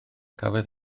cafodd